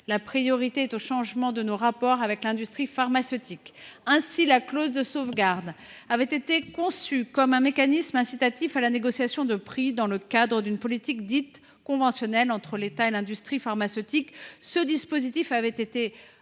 la priorité est au changement de nos rapports avec l’industrie pharmaceutique. La clause de sauvegarde a été conçue comme un mécanisme incitant à la négociation de prix dans le cadre d’une politique dite conventionnelle entre l’État et l’industrie pharmaceutique. Ce dispositif a été